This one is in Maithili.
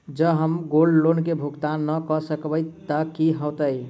जँ हम गोल्ड लोन केँ भुगतान न करऽ सकबै तऽ की होत?